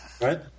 Right